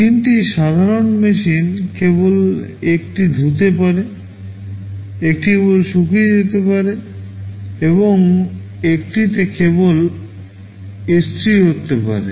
তিনটি সাধারণ মেশিন কেবল একটি ধুতে পারে একটি কেবল শুকিয়ে যেতে পারে এবং একটিতে কেবল ইস্ত্রি করতে পারে